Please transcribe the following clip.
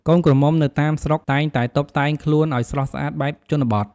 កូនក្រមុំនៅតាមស្រុកតែងតែតុបតែងខ្លួនអោយស្រស់ស្អាតបែបជនបទ។